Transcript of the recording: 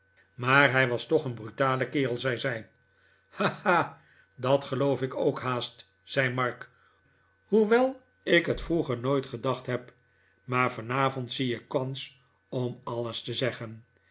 maar hij was toch een brutale kerel zei zij ha hal dat geloof ik ook haast zei mark hoewel ik het vroeger nooit gedacht heb maar vanavond zie ik kans om alles te zeggen